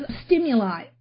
stimuli